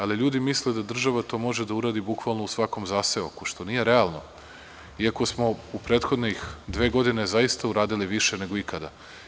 Ali, ljudi misle da država to može da uradi bukvalno u svakom zaseoku, što nije realno, iako smo u prethodne dve godine zaista uradili više nego ikada.